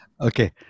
Okay